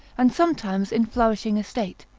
and sometimes in flourishing estate,